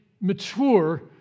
mature